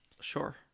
Sure